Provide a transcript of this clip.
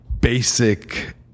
basic